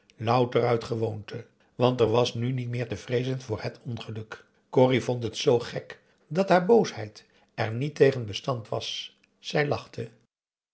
louter uit gewoonte want er was nu niet meer te vreezen voor het ongeluk corrie p a daum hoe hij raad van indië werd onder ps maurits vond het zoo gek dat haar boosheid er niet tegen bestand was zij lachte